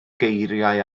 geiriau